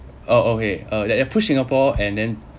oh okay uh like push singapore and then